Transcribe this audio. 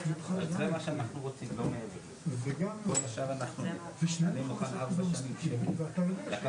צריכים לפרסם אותו ואכן נפרסם אותו ונציג אותו